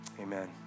amen